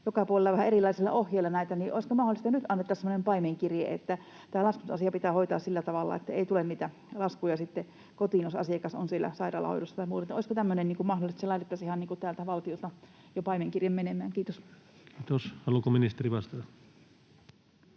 joka puolella vähän erilaisilla ohjeilla. Olisiko mahdollista, että nyt annettaisiin semmoinen paimenkirje, että tämä laskutusasia pitää hoitaa sillä tavalla, että ei tule niitä laskuja sitten kotiin, jos asiakas on siellä sairaalahoidossa tai muualla? Olisiko tämmöinen mahdollista, että laitettaisiin jo ihan täältä valtiolta paimenkirje menemään? — Kiitos. Kiitos. — Haluaako ministeri vastata?